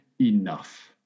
enough